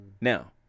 Now